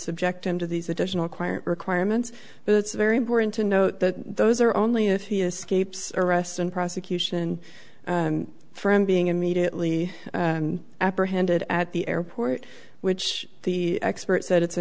subject him to these additional choir requirements but it's very important to note that those are only if he escapes arrest and prosecution from being immediately apprehended at the airport which the expert said it's a